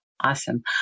Awesome